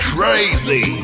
Crazy